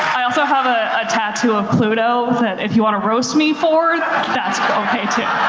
i also have ah a tattoo of pluto that if you wanna roast me for, that's okay too.